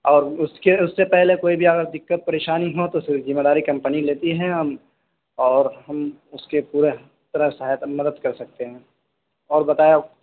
اور اس کے اس سے پہلے کوئی بھی اگر دقت پریشانی ہو تو پھر زمہ داری کمپنی لیتی ہے ہم اور ہم اس کے پورے طرح سہائتا مدد کر سکتے ہیں اور بتاؤ